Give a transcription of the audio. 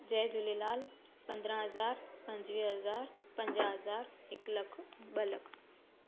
जय झूलेलाल पंद्रहां हज़ार पंजवीह हज़ार पंजाह हज़ार हिकु लख ॿ लख